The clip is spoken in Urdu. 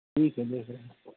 ٹھیک ہے دیکھ رہے